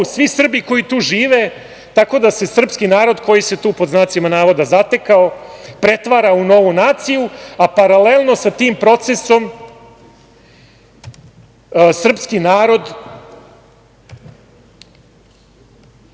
svi Srbi koji tu žive, tako da se srpski narod koji se tu, pod znacima navoda, zatekao, pretvara u novu naciju, a paralelno sa tim procesom srpski narod